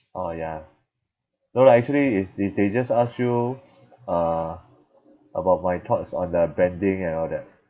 orh ya no lah actually it's they they just ask you uh about my thoughts on the branding and all that